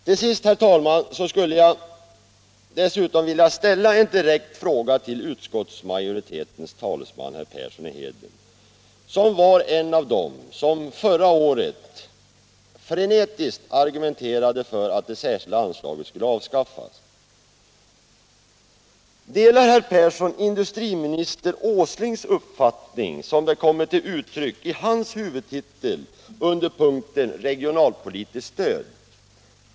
Till sist, herr talman, skulle jag vilja ställa en direkt fråga till utskottsmajoritetens talesman, herr Persson i Heden, som var en av dem som förra året frenetiskt argumenterade för att det särskilda anslaget skulle avskaffas: Delar herr Persson industriminister Åslings uppfattning som den kommer till uttryck i budgetpropositionen under hans huvudtitel, punkten Regionalpolitiskt stöd?